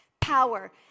Power